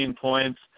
points